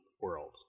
world